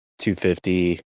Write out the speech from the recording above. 250